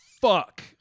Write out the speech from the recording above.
Fuck